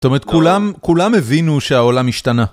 זאת אומרת כולם, כולם הבינו שהעולם השתנה.